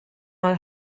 mal